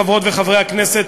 חברות וחברי הכנסת,